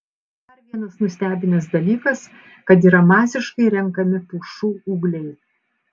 dar vienas nustebinęs dalykas kad yra masiškai renkami pušų ūgliai